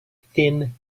thin